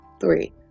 Three